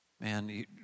man